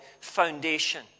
foundation